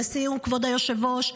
לסיום, כבוד היושב-ראש,